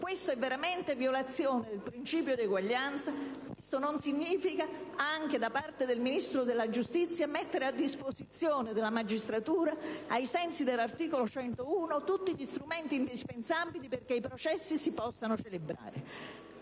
Questa è veramente una violazione del principio di uguaglianza. Questo non significa, anche da parte del Ministro della giustizia, mettere a disposizione della magistratura, ai sensi dell'articolo 110 della Costituzione, tutti gli strumenti indispensabili perché i processi si possano celebrare.